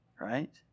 right